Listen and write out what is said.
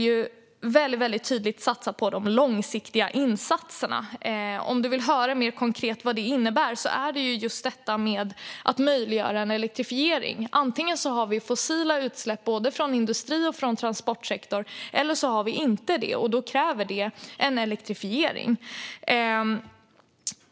Vi vill göra tydliga långsiktiga insatser. Om Elin Söderberg vill höra mer konkret vad det innebär handlar det om att möjliggöra elektrifiering. Antingen har vi fossila utsläpp från både industri och transportsektor, eller så har vi inte det. Det kräver en elektrifiering.